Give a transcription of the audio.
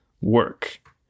work